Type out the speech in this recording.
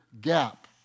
gap